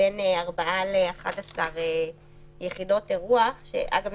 4 ל-11 יחידות אירוח אגב,